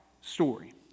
story